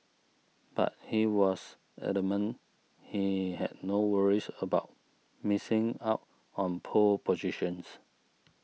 but he was adamant he had no worries about missing out on pole positions